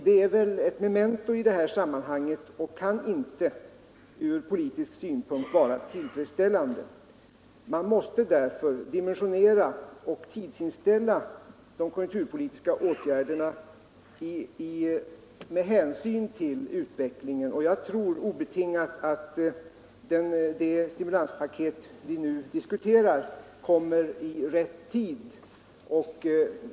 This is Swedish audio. Det är väl ett memento i detta sammanhang och kan inte ur politisk synpunkt vara tillfredsställande. Man måste dimensionera och tidsanpassa de konjunkturpolitiska åtgärderna med hänsyn till utvecklingen och jag tror obetingat att det stimulanspaket vi nu diskuterar kommer i rätt tid.